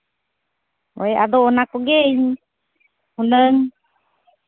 ᱦᱳᱭ ᱟᱫᱚ ᱚᱱᱟ ᱠᱚᱜᱮ ᱦᱩᱱᱟᱹᱝ